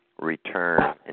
return